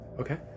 Okay